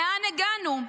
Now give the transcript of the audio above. לאן הגענו?